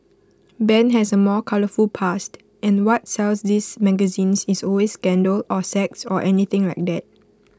Ben has A more colourful past and what sells these magazines is always scandal or sex or anything like that